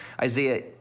Isaiah